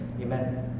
Amen